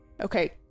Okay